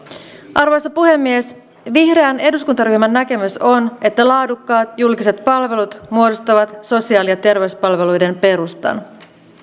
arvoisa puhemies vihreän eduskuntaryhmän näkemys on että laadukkaat julkiset palvelut muodostavat sosiaali ja terveyspalveluiden perustan